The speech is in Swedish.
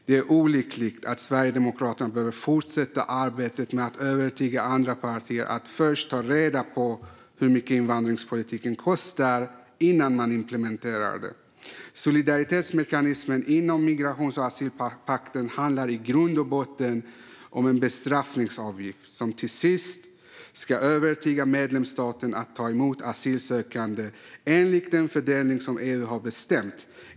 Det är olyckligt att Sverigedemokraterna behöver fortsätta arbetet med att övertyga andra partier att först ta reda på hur mycket invandringspolitiken kostar innan man implementerar den. Solidaritetsmekanismen inom migrations och asylpakten handlar i grund och botten om en bestraffningsavgift som till sist ska övertyga medlemsstaten att ta emot asylsökande enligt den fördelning som EU har bestämt.